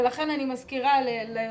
ולכן, אני מזכירה ליושב-ראש,